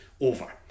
over